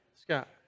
Scott